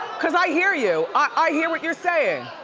cause i hear you. i hear what you're saying.